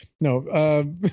No